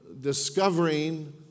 discovering